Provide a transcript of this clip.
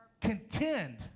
contend